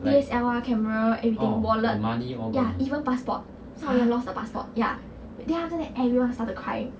D_S_L_R camera everything wallet ya even passport someone lost their passport ya then after that everyone started crying